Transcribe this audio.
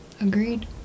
Agreed